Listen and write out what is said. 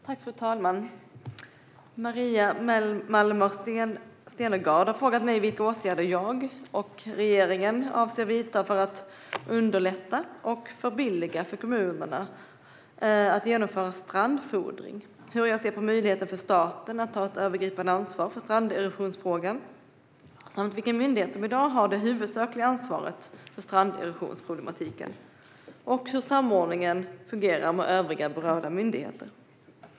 Fru talman! Maria Malmer Stenergard har frågat mig vilka åtgärder jag och regeringen avser att vidta för att underlätta och förbilliga för kommunerna att genomföra strandfodring, hur jag ser på möjligheten för staten att ta ett övergripande ansvar för stranderosionsfrågan samt vilken myndighet som i dag har det huvudsakliga ansvaret för stranderosionsproblematiken och hur samordningen fungerar med övriga berörda myndigheter.